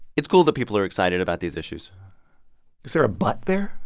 it's cool that people are excited about these issues is there a but there?